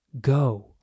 go